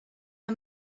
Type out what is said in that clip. est